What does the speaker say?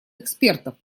экспертов